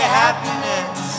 happiness